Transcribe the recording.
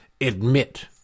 admit